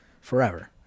forever